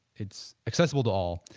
it's accessible to all.